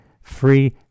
free